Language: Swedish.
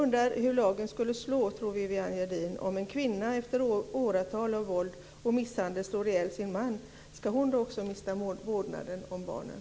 Hur tror Viviann Gerdin att lagen skulle slå om en kvinna efter åratal av våld och misshandel slår ihjäl sin man? Ska hon också mista vårdnaden om barnen?